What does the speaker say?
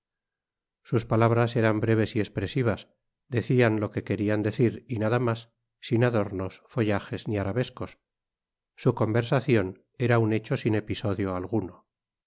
sus palabras eran breves y espresivas decían lo que querían decir y nada mas sin adornos follages ni arabescos su conversacion era un hecho sin episodio alguno